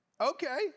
okay